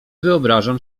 wyobrażam